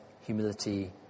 humility